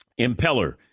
Impeller